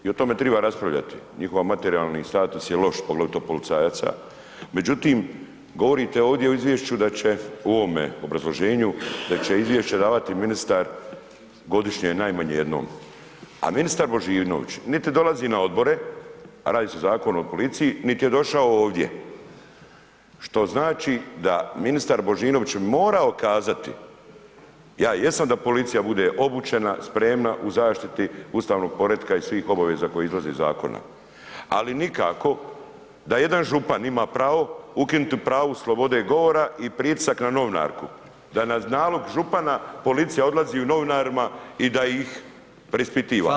I o tome treba raspravljati, njihov materijalni status je loš, poglavito policajaca međutim govorite ovdje o izvješću da će, u ovome obrazloženju da će izvješće davati ministar godišnje najmanje jednom a ministar Božinović niti dolazi na odbore, radi se Zakon o policiji, niti je došao ovdje što znači da ministar Božinović bi morao kazati, ja jesam da policija bude obučena, spremna u zaštiti ustavnog poretka i svih obaveza koje izlaze iz zakona ali nikako da jedan župan ima pravo, ukinuti pravo slobode govora i pritisak na novinarku, da na nalog župana, policija odlazi novinara i da ih preispita.